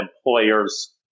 employer's